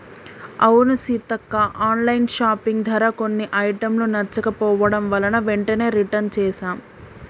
అవును సీతక్క online shopping ధర కొన్ని ఐటమ్స్ నచ్చకపోవడం వలన వెంటనే రిటన్ చేసాం